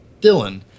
Dylan